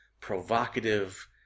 provocative